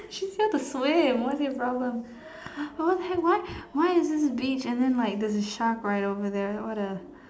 she's here to swim why do you have brows on what the heck why why is this beach and then like there's a shark right over there what a